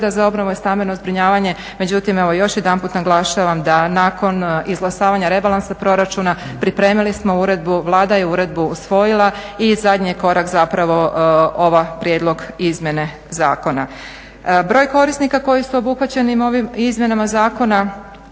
za obnovu i stambeno zbrinjavanje. Međutim, evo još jedanput naglašavam da nakon izglasavanja rebalansa proračuna pripremili smo uredbu, Vlada je uredbu usvojila i zadnji je korak zapravo ovaj prijedlog izmjene zakona. Broj korisnika koji su obuhvaćeni ovim izmjenama zakona